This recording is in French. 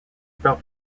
parc